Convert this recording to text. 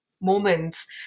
moments